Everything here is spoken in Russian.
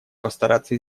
постараться